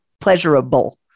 pleasurable